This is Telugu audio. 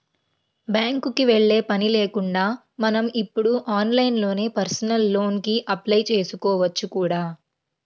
బ్యాంకుకి వెళ్ళే పని కూడా లేకుండా మనం ఇప్పుడు ఆన్లైన్లోనే పర్సనల్ లోన్ కి అప్లై చేసుకోవచ్చు కూడా